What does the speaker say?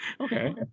Okay